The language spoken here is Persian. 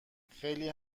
خلی